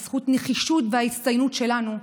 בזכות נחישות וההצטיינות שלנו,